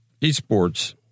esports